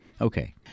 Okay